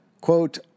quote